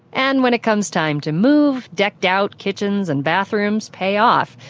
and when it comes time to move, decked-out kitchens and bathrooms pay off.